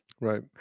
Right